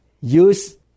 use